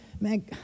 man